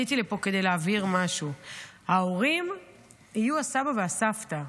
עליתי לפה כדי להבהיר משהו: ההורים יהיו הסבא והסבתא.